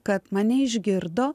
kad mane išgirdo